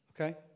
Okay